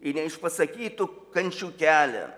į neišpasakytų kančių kelią